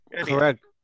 Correct